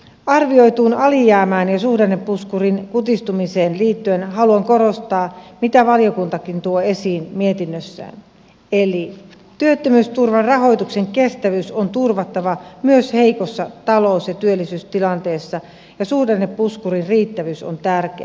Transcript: arvioituun alijäämään ja suhdannepuskurin kutistumiseen liittyen haluan korostaa mitä valiokuntakin tuo esiin mietinnössään eli työttömyysturvan rahoituksen kestävyys on turvattava myös heikossa talous ja työllisyystilanteessa ja suhdannepuskurin riittävyys on tärkeä